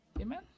Amen